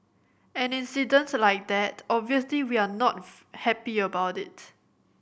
an incident like that obviously we are not happy about it